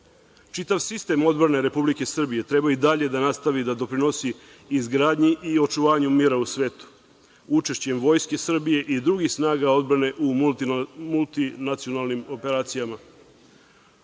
sistem odbrane Republike Srbije treba i dalje da nastavi da doprinosi izgradnji i očuvanju mira u svetu, učešćem Vojske Srbije i drugih snaga odbrane u multinacionalnim operacijama. Obzirom